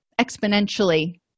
exponentially